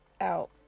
out